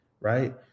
right